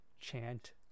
chant